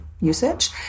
usage